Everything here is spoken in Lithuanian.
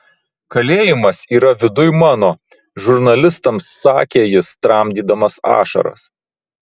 kalėjimas yra viduj mano žurnalistams sakė jis tramdydamas ašaras